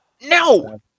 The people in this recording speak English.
No